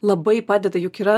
labai padeda juk yra